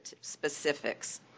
specifics